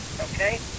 Okay